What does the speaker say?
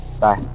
Bye